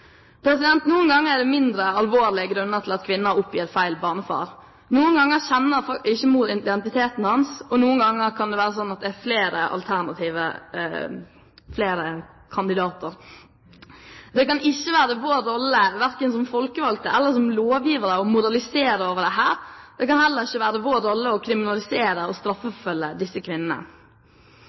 kvinnene. Noen ganger er det mindre alvorlige grunner til at kvinner oppgir feil barnefar. Noen ganger kjenner ikke mor identiteten hans, og noen ganger kan det være slik at det er flere kandidater. Det kan ikke være vår rolle verken som folkevalgte eller som lovgivere å moralisere over dette. Det kan heller ikke være vår rolle å kriminalisere og straffeforfølge disse kvinnene.